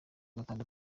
gatanu